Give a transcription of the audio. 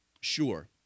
Sure